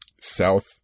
South